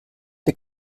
der